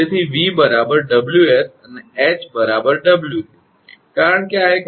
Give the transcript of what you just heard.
તેથી 𝑉 𝑊𝑠 અને 𝐻 𝑊𝑐 કારણ કે આ એક આડું છે